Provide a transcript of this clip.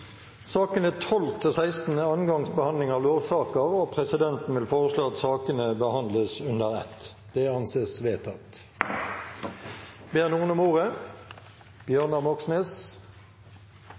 Sakene nr. 12–16 er andre gangs behandling av lovsaker, og presidenten vil foreslå at sakene behandles under ett. – Det anses vedtatt.